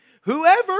Whoever